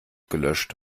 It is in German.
gelöscht